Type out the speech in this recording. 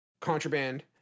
Contraband